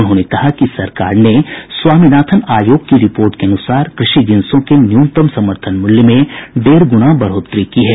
उन्होंने कहा कि सरकार ने स्वामीनाथन आयोग की रिपोर्ट के अनुसार कृषि जिन्सों के न्यूनतम समर्थन मूल्य में डेढ गुना बढोतरी की है